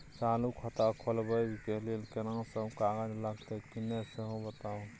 चालू खाता खोलवैबे के लेल केना सब कागज लगतै किन्ने सेहो बताऊ?